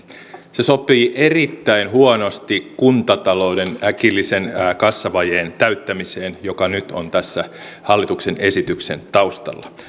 se sopii erittäin huonosti kuntatalouden äkillisen kassavajeen täyttämiseen joka nyt on tässä hallituksen esityksen taustalla